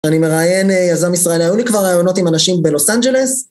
אני מראיין יזם ישראלי, היו לי כבר ראיונות עם אנשים בלוס אנג'לס.